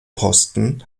posten